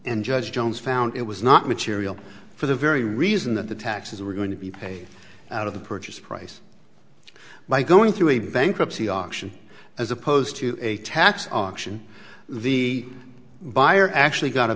and judge jones found it was not material for the very reason that the taxes were going to be paid out of the purchase price by going through a bankruptcy auction as opposed to a tax auction the buyer actually got a